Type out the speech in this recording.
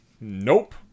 Nope